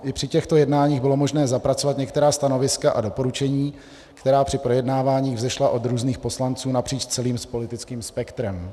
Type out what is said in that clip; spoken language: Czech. I při těchto jednáních bylo možné zapracovat některá stanoviska a doporučení, která při projednávání vzešla od různých poslanců napříč celým politickým spektrem.